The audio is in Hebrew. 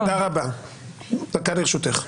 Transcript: דקה לרשותך.